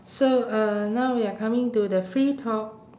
so uh now we are coming to the free talk